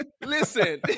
Listen